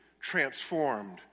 transformed